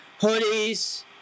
hoodies